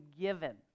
given